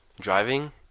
driving